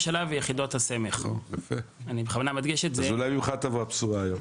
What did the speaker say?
אולי ממך תבוא הבשורה.